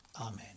Amen